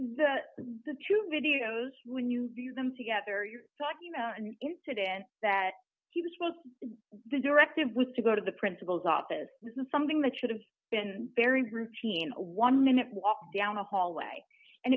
that the two videos when you see them together you're talking about an incident that he was was the directive was to go to the principal's office this is something that should have been very routine one minute walk down the hallway and